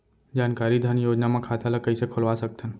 जानकारी धन योजना म खाता ल कइसे खोलवा सकथन?